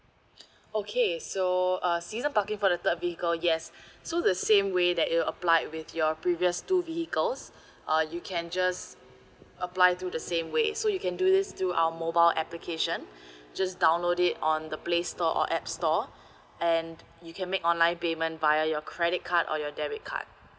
okay so uh season parking for the third vehicle yes so the same way that you applied with your previous two vehicles uh you can just apply through the same way so you can do this through our mobile application just download it on the playstore or app store and you can make online payment via your credit card or your debit card